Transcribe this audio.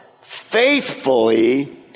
faithfully